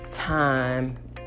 time